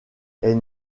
est